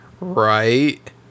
right